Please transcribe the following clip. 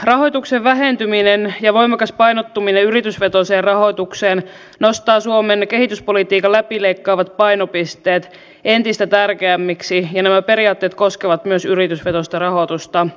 rahoituksen vähentyminen ja voimakas painottuminen yritysvetoiseen rahoitukseen nostaa suomen kehityspolitiikan läpileikkaavat painopisteet entistä tärkeämmiksi ja nämä periaatteet koskevat myös yritysvetoista rahoitusta